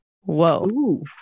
whoa